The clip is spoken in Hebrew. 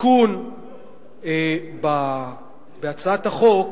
תיקון בהצעת החוק,